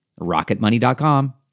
rocketmoney.com